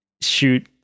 shoot